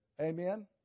Amen